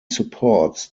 supports